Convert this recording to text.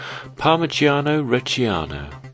Parmigiano-Reggiano